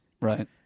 Right